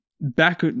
back